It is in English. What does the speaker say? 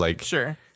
Sure